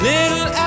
Little